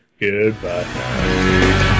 goodbye